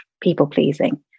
people-pleasing